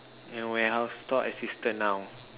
and warehouse store assistant now